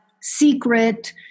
secret